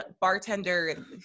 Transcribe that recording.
bartender